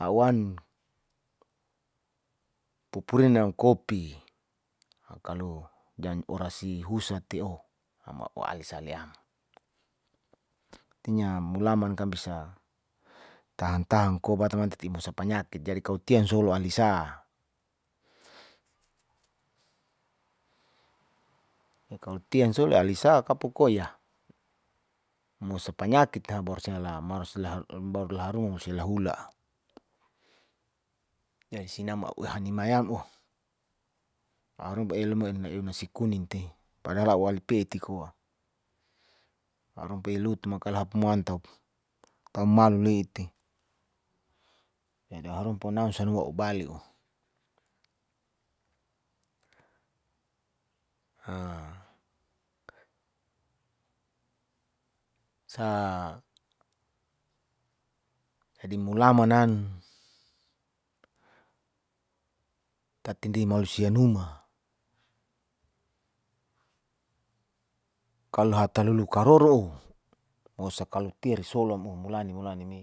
a'u wan puri nam kopi, kalo jan orasi husa teoh am a'u alisa liam, tinya mulaman kan bisa tahan tahan kobat mantati imusa panyaki jdi tian solo alisa kapu koa yah mosa panyakit'a baru siala baru laharuma sia malo lahula jadi sinamo a'u hanimayam oh romba ealoma eunasi kuning te padahal e'u ali peti koa, erum pe elutu mangka lahapu muantao tau malu le'ite jadi harun pona sanua a'u bali oh jadi mulama nan tatindi mausia numa kalo hata lulu karoro oh mosakalo piare solam oh mulani mulani me